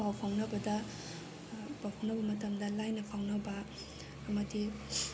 ꯄꯥꯎ ꯐꯥꯎꯅꯕꯗ ꯄꯥꯎ ꯐꯥꯎꯅꯕ ꯃꯇꯝꯗ ꯂꯥꯏꯅ ꯐꯥꯎꯅꯕ ꯑꯃꯗꯤ